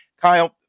Kyle